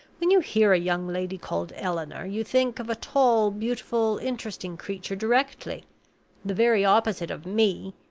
when you hear a young lady called eleanor, you think of a tall, beautiful, interesting creature directly the very opposite of me!